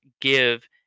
give